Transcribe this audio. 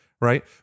Right